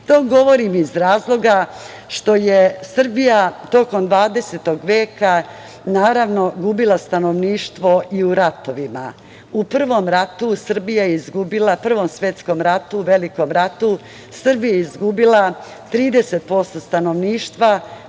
govorim iz razloga što je Srbija tokom Dvadesetog veka, naravno, gubila stanovništvo i u ratovima. U Prvom svetskom ratu, Velikom ratu, Srbija je izgubila 30% stanovništva.